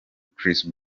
chris